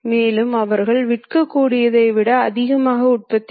அப்படியானால் ஒரு சுழற்சிக்கு 1 மிமீ இடப்பெயர்வுக்கு சமம்